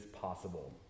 possible